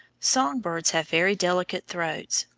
song-birds have very delicate throats.